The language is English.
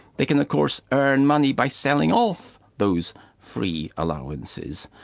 they can of course earn money by selling off those free allowances.